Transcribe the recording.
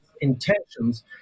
intentions